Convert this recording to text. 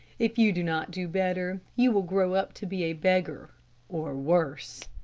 if you do not do better you will grow up to be a beggar or worse.